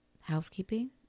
housekeeping